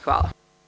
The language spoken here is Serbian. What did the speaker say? Hvala.